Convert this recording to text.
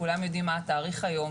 כולם יודעים מה התאריך היום,